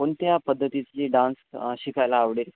कोणत्या पद्धतीची डान्स शिकायला आवडेल